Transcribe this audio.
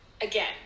again